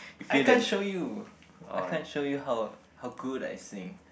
I can't show you I can't show you how how good I sing